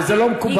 וזה לא מקובל.